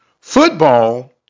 Football